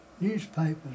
newspapers